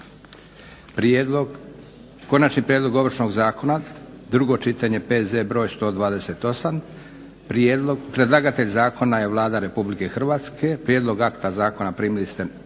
Konačni prijedlog Ovršnog zakona, drugo čitanje, PZ br. 128; Predlagatelj zakona je Vlada RH. Prijedlog akta zakona primili ste